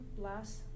plus